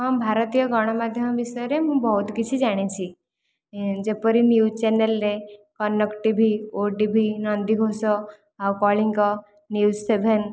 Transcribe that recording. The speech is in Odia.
ହଁ ଭାରତୀୟ ଗଣମାଧ୍ୟମ ବିଷୟରେ ମୁଁ ବହୁତ କିଛି ଜାଣିଛି ଯେପରି ନ୍ୟୁଜ ଚ୍ୟାନେଲରେ କନକ ଟିଭି ଓଟିଭି ନନ୍ଦିଘୋଷ ଆଉ କଳିଙ୍ଗ ନ୍ୟୁଜ ସେଭେନ